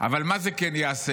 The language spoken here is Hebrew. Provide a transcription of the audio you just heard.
אבל מה זה כן יעשה?